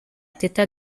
teta